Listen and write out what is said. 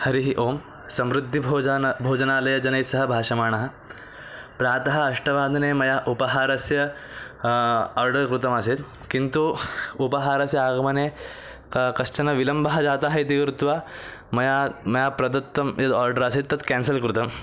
हरिः ओं समृद्धिः भोजनं भोजनालयजनैस्सह भाषमाणः प्रातः अष्टवादने मया उपहारस्य आर्डर् कृतम् आसीत् किन्तु उपहारस्य आगमने कश्चन विलम्बः जातः इति कृत्वा मया मया प्रदत्तं यद् आर्डर् आसीत् तत् केन्सल् कृतम्